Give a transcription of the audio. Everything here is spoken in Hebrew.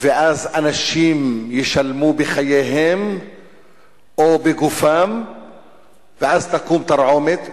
ואז אנשים ישלמו בחייהם או בגופם ואז תקום תרעומת,